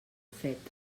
fet